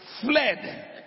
fled